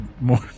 more